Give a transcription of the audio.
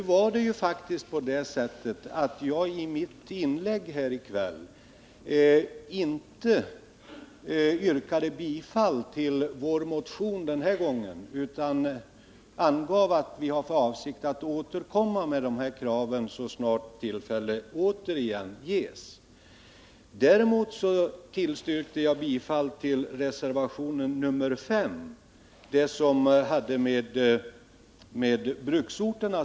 I mitt inlägg i kväll yrkade jag faktiskt inte bifall till vår motion utan sade att vi har för avsikt att återkomma med kravet så snart tillfället ges. Däremot yrkade jag bifall till reservation 5 som gäller insatser i bruksorterna.